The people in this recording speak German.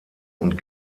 und